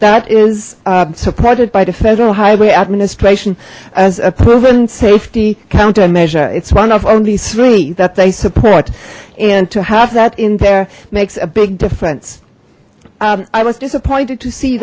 that is supported by the federal highway administration as a proven safety countermeasure it's one of only three that they support and to have that in there makes a big difference i was disappointed to see